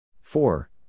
four